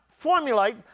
formulate